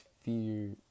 fear